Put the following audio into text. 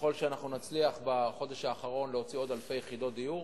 ככל שנצליח בחודש האחרון להוציא עוד אלפי יחידות דיור.